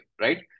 right